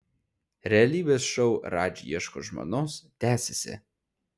realybės šou radži ieško žmonos tęsiasi